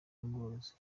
n’ubworozi